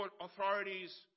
authorities